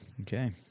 Okay